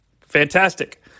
Fantastic